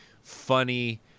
funny